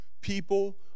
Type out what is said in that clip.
people